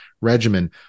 regimen